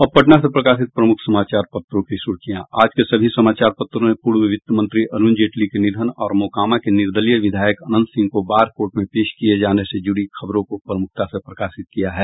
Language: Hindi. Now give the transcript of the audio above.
अब पटना से प्रकाशित प्रमुख समाचार पत्रों की सुर्खियां आज के सभी समाचार पत्रों ने पूर्व वित्त मंत्री अरूण जेटली के निधन और मोकामा के निर्दलीय विधायक अनंत सिंह को बाढ़ कोर्ट में पेश किये जाने से जुड़ी खबरों को प्रमुखता से प्रकाशित किया है